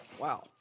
Wow